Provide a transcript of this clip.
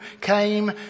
came